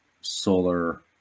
solar